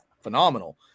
phenomenal